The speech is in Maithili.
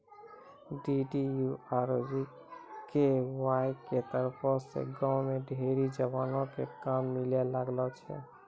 डी.डी.यू आरु जी.के.वाए के तरफो से गांव के ढेरी जवानो क काम मिलै लागलो छै